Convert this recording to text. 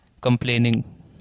complaining